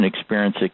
experience